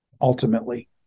ultimately